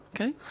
Okay